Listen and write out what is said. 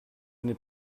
n’est